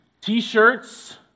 t-shirts